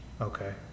Okay